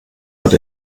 hat